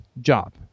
job